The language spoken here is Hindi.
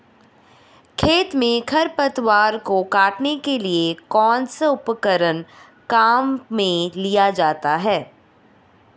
खेत में खरपतवार को काटने के लिए कौनसा उपकरण काम में लिया जाता है?